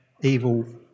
evil